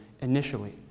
initially